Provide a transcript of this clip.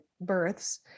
births